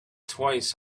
twice